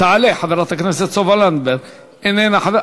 תעלה חברת הכנסת סופה לנדבר, איננה.